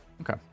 Okay